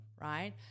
right